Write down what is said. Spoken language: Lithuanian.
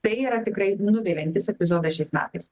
tai yra tikrai nuviliantis epizodas šiais metais